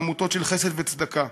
בעמותות של חסד וצדקה.